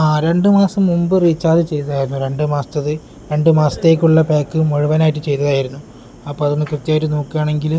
ആ രണ്ട് മാസം മുമ്പ് റീചാർജ് ചെയ്തായിരുന്നു രണ്ട് മാസത്തേത് രണ്ട് മാസത്തേക്കുള്ള പാക്ക് മുഴുവനായിട്ട് ചെയ്തായിരുന്നു അപ്പം അതൊന്ന് കൃത്യമായിട്ട് നോക്കുകയാണെങ്കിൽ